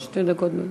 שתי דקות בבקשה.